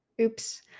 oops